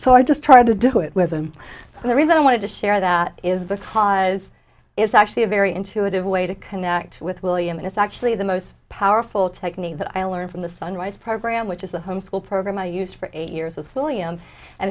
so i just tried to do it with him and the reason i wanted to share that is because it's actually a very intuitive way to connect with william and it's actually the most powerful technique that i learned from the sunrise program which is the home school program i use for eight years with